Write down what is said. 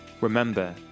Remember